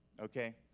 okay